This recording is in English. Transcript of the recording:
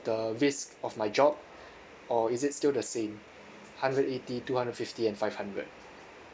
the risk of my job or is it still the same hundred eighty two hundred fifty and five hundred